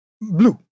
blue